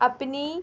اپنی